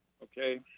okay